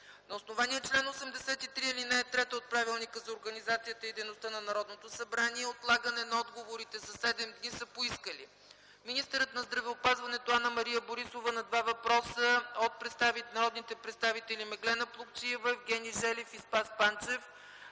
На основание чл. 83, ал. 3 от Правилника за организацията и дейността на Народното събрание отлагане на отговорите със седем дни са поискали: - министърът на здравеопазването Анна-Мария Борисова на два въпроса от народните представители Меглена Плугчиева, Евгений Желев и Спас Панчев;